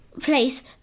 place